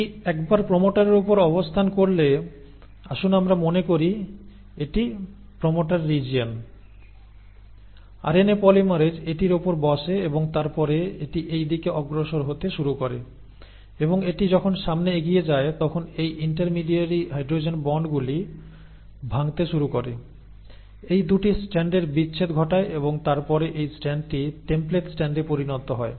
এটি একবার প্রমোটারের উপর অবস্থান করলে আসুন আমরা মনে করি এটি প্রমোটার রিজিওন আরএনএ পলিমারেজ এটির উপর বসে এবং তারপরে এটি এই দিকে অগ্রসর হতে শুরু করে এবং এটি যখন সামনে এগিয়ে যায় তখন এই ইন্টারমিডিয়ারি হাইড্রোজেন বন্ডগুলি ভাঙ্গতে শুরু করে এই 2 টি স্ট্র্যান্ডের বিচ্ছেদ ঘটায় এবং তারপরে এই স্ট্র্যান্ডটি টেম্পলেট স্ট্র্যান্ডে পরিণত হয়